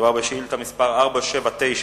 מדובר בשאילתא מס' 479,